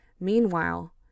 Meanwhile